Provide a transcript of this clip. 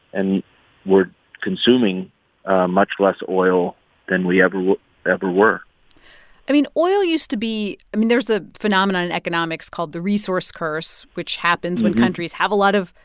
and we're consuming much less oil than we ever ever were i mean, oil used to be i mean, there's a phenomenon in economics called the resource curse, which happens when countries have a lot of,